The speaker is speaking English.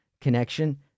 connection